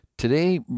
Today